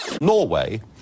Norway